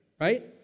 right